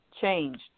changed